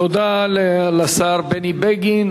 תודה לשר בני בגין.